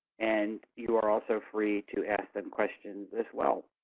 and you are also free to ask them questions as well.